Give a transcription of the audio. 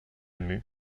mue